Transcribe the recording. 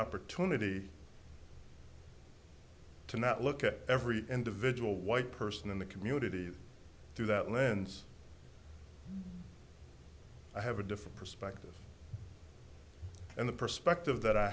opportunity to not look at every individual white person in the community through that lens i have a different perspective and the perspective that i